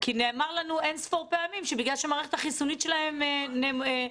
כי נאמר לנו אין-ספור פעמים שבגלל שהמערכת החיסונית שלהם נמוכה,